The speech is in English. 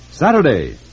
Saturday